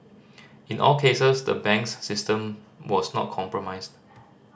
in all cases the banks system was not compromised